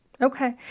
Okay